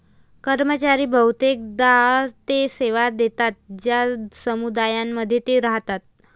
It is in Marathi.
कर्मचारी बहुतेकदा ते सेवा देतात ज्या समुदायांमध्ये ते राहतात